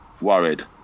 worried